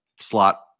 slot